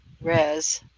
res